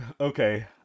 Okay